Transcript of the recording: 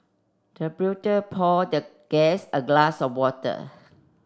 the butler poured the guest a glass of water